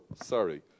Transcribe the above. sorry